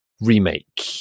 Remake